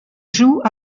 jouent